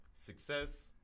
Success